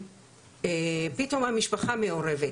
פתאום המשפחה מעורבת,